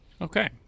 Okay